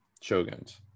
shoguns